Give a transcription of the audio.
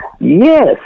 Yes